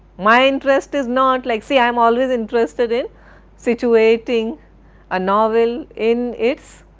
my interest is not like see i am always interested in situating a novel in its